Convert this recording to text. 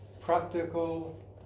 practical